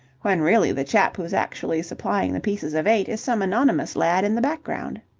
when really the chap who's actually supplying the pieces of eight is some anonymous lad in the background.